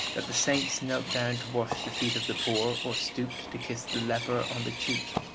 that the saints knelt down to wash the feet of the poor, or stooped to kiss the leper on the cheek.